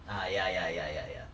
ah ya ya ya ya ya